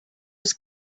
was